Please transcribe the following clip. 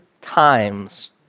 times